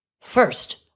First